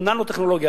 כמו ננו-טכנולוגיה.